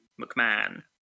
McMahon